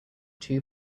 two